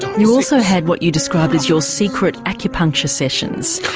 you also had what you described as your secret acupuncture sessions.